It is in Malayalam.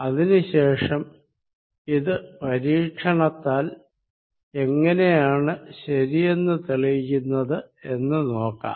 അതിനു ശേഷം ഇത് പരീക്ഷണത്താൽ എങ്ങിനെയാണ് ശരിയെന്ന് തെളിയിക്കുന്നത് എന്ന് നോക്കാം